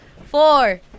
four